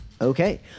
Okay